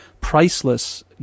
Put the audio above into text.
priceless